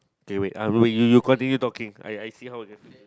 okay wait I am recording you talking I see how is it